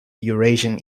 eurasian